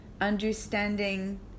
understanding